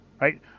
right